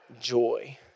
joy